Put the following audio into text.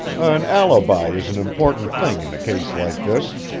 an alibi is an important thing in a case like this,